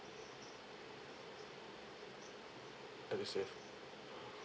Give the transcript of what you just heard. edu save